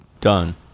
Done